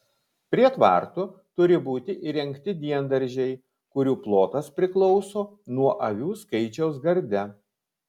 prie tvartų turi būti įrengti diendaržiai kurių plotas priklauso nuo avių skaičiaus garde